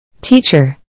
Teacher